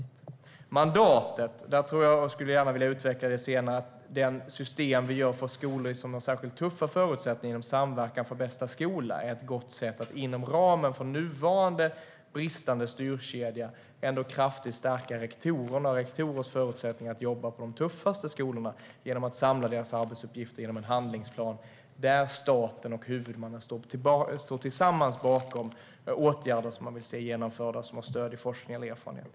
När det gäller mandatet tror jag - och jag skulle gärna vilja utveckla det senare - att den satsning vi gör, inom Samverkan för bästa skola, på skolor som har särskilt tuffa förutsättningar är ett gott sätt för att inom ramen för nuvarande bristande styrkedja ändå kraftigt stärka rektorerna och rektorers förutsättningar för att jobba på de tuffaste skolorna. Det görs genom att deras arbetsuppgifter samlas i en handlingsplan där staten och huvudmannen tillsammans står bakom åtgärder som man vill se genomförda och som har stöd i forskning eller erfarenhet.